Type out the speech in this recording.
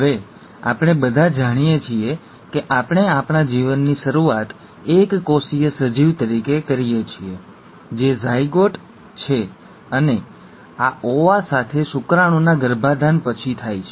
હવે આપણે બધા જાણીએ છીએ કે આપણે આપણા જીવનની શરૂઆત એક કોષીય સજીવ તરીકે કરીએ છીએ જે ઝાયગોટ છે અને આ ઓવા સાથે શુક્રાણુના ગર્ભાધાન પછી થાય છે